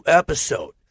episode